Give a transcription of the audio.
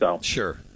Sure